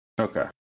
Okay